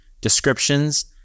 descriptions